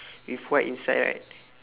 with white inside right